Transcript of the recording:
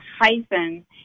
hyphen